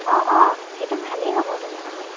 অঁ অঁ সেইটো ভালেই হ'ব তেনেহ'লে